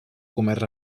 comerç